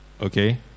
Okay